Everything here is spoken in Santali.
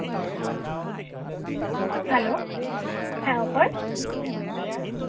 ᱦᱮᱞᱳ ᱦᱮᱸ ᱚᱠᱚᱭ